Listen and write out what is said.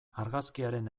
argazkiaren